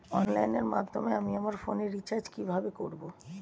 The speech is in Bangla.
অনলাইনে আমি আমার ফোনে রিচার্জ কিভাবে করব?